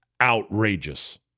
outrageous